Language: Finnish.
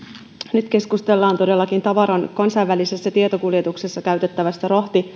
nyt keskustellaan todellakin tavaran kansainvälisessä tiekuljetuksessa käytettävästä